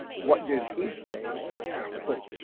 what did he saying when